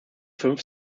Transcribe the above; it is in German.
fünf